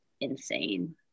insane